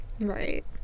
right